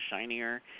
shinier